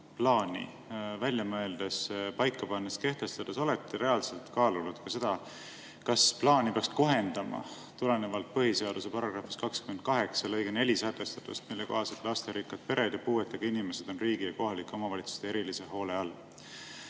maksuplaani välja mõeldes, paika pannes, kehtestades olete reaalselt kaalunud ka seda, et plaani peaks kohendama tulenevalt põhiseaduse § 28 lõikes 4 sätestatust, mille kohaselt lasterikkad pered ja puuetega inimesed on riigi ja kohaliku omavalitsuse erilise hoole all.